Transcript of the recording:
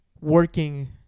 working